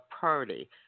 party